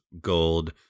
gold